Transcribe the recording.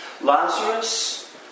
Lazarus